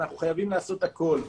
אנחנו חייבים לעשות הכול,